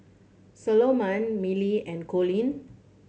Salomon Millie and Coleen